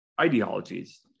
ideologies